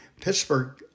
Pittsburgh